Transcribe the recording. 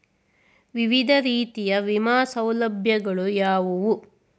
ವಿವಿಧ ರೀತಿಯ ವಿಮಾ ಸೌಲಭ್ಯಗಳು ಯಾವುವು?